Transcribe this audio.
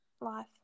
life